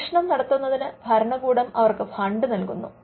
ഗവേഷണം നടത്തുന്നതിന് ഭരണകൂടം അവർക്ക് ഫണ്ട് നൽകുന്നു